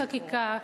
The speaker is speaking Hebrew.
בחקיקה,